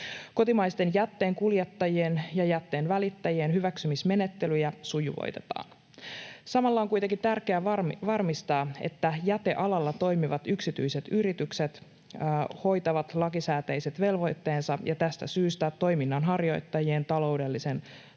Kotimaisten jätteenkuljettajien ja jätteenvälittäjien hyväksymismenettelyjä sujuvoitetaan. Samalla on kuitenkin tärkeää varmistaa, että jätealalla toimivat yksityiset yritykset hoitavat lakisääteiset velvoitteensa, ja tästä syystä toiminnanharjoittajien taloudellinen luotettavuus